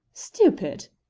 stupid!